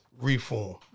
reform